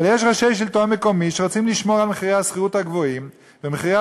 אבל יש ראשי שלטון מקומי שרוצים לשמור על מחירי השכירות הגבוהים ומחירי